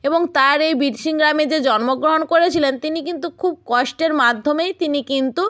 এবং তার এই বীরসিং গ্রামে যে জন্মগ্রহণ করেছিলেন তিনি কিন্তু খুব কষ্টের মাধ্যমেই তিনি কিন্তু